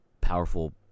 powerful